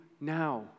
now